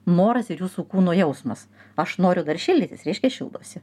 noras ir jūsų kūno jausmas aš noriu dar šildytis reiškia šildausi